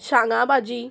सांगा भाजी